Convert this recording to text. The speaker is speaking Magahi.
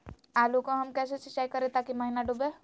आलू को हम कैसे सिंचाई करे ताकी महिना डूबे?